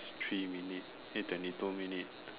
it's three minute eh twenty two minutes